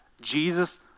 Jesus